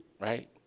right